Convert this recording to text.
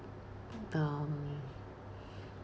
um